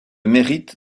mérite